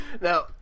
now